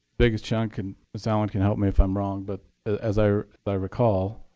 biggest chunk and ms. allen can help me if i'm wrong but as i recall,